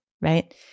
right